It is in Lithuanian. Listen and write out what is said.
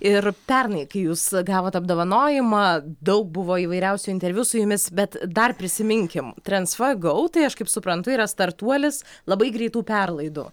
ir pernai kai jūs gavot apdovanojimą daug buvo įvairiausių interviu su jumis bet dar prisiminkim transfer go tai aš kaip suprantu yra startuolis labai greitų perlaidų